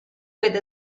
with